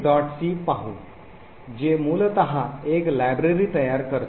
c पाहू जे मूलत एक लायब्ररी तयार करते